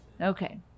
Okay